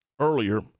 earlier